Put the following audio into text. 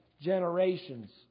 generations